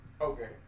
Okay